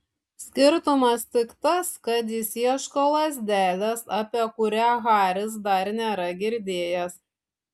skirtumas tik tas kad jis ieško lazdelės apie kurią haris dar nėra girdėjęs